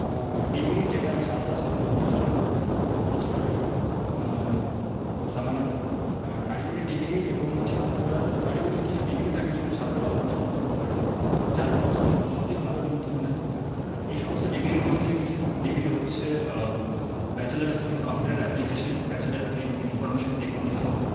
degree যেটা ছাত্ররা সাধারণত অনুসরণ করে থাকে আজকালের জামানাতে কারিগরী ডিগ্রি এবং ছাত্ররা কারিগরী কিছু ডিগ্রি থাকে যেগুলো ছাত্ররা অনুসরণ করতে পারে যার মাধ্যমে প্রযুক্তি আরও উন্নতমানের হতে পারে এই সমস্ত ডিগ্রির মধ্যে কিছু ডিগ্রি হচ্ছে bachelors in computer application bachelor in information technology